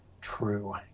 True